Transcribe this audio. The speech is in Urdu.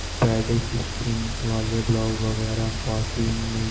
پیڈی پسٹین والے بلاؤز وغیرہ خواتین میں